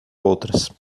outras